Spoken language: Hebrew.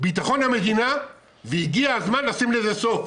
בביטחון המדינה והגיע הזמן לשים לזה סוף.